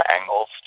angles